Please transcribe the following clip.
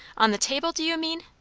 on the table do you mean?